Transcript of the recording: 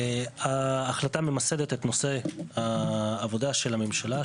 ההחלטה ממסדת את נושא העבודה של הממשלה,